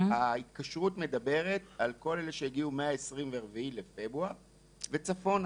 ההתקשרות מדברת על כל אלה שהגיעו מה-24 בפברואר 2022 וצפונה,